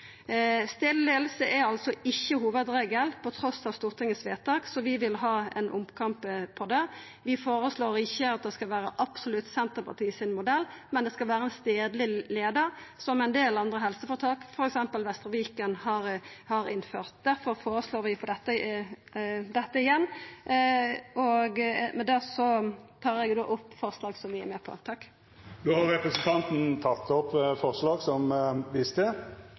Stortingets vedtak, så vi vil ha ein omkamp om det. Vi føreslår ikkje at det absolutt skal vera Senterpartiets modell, men det skal vera ein stadleg leiar, slik ein del andre helseføretak, f.eks. Vestre Viken, har innført. Difor føreslår vi dette igjen. Med dette tek eg opp forslaga vi er med på. Representanten Kjersti Toppe har teke opp